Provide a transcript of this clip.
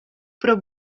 pro